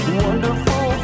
Wonderful